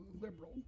liberal